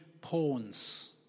pawns